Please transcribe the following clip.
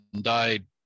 died